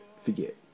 forget